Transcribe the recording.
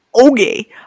Okay